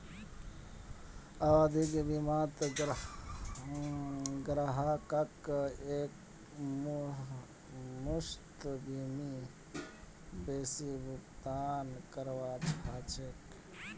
आवधिक बीमात ग्राहकक एकमुश्त बेसी भुगतान करवा ह छेक